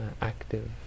Active